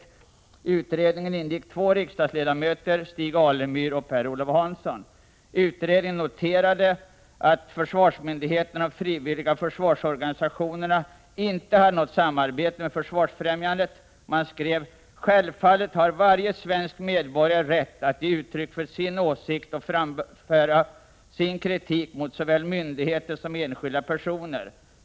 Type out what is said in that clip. I utredningen ingick två riksdagsledamöter, Stig Alemyr och Per-Olof Hansson. Utredningen noterade att försvarsmyndigheterna och de frivilliga försvarsorganisationerna inte hade något samarbete med Försvarsfrämjandet. Man skrev: ”Självfallet har varje svensk medborgare rätt att ge uttryck för sin åsikt och frambära sin kritik mot såväl myndigheter som enskilda personer.